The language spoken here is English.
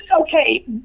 okay